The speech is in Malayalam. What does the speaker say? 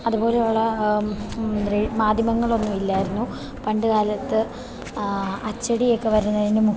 അതുപോലെയുള്ള മാധ്യമങ്ങളൊന്നും ഇല്ലായിരുന്നു പണ്ടുകാലത്ത് അച്ചടിയൊക്കെ വരുന്നതിന്